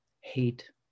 hate